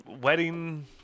Wedding